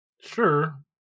Sure